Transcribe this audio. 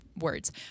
words